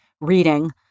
reading